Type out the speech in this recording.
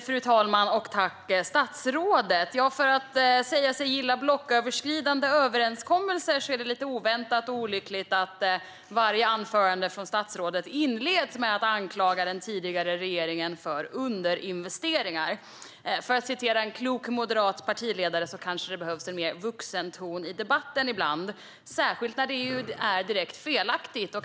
Fru talman! Jag tackar statsrådet för anförandet. För att komma från en person som säger sig gilla blocköverskridande överenskommelser är det lite oväntat och olyckligt att varje anförande från statsrådet inleds med att han anklagar den tidigare regeringen för underinvesteringar. För att citera en klok moderat partiledare kanske det behövs en mer vuxen ton i debatten ibland, särskilt när det som sägs är direkt felaktigt.